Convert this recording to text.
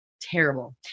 Terrible